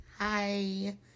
Hi